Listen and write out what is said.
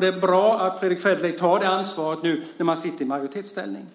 Det är bra att Fredrick Federley tar det ansvaret nu i majoritetsställning.